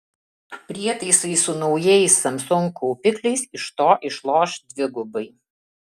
prietaisai su naujais samsung kaupikliais iš to išloš dvigubai